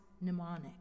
mnemonic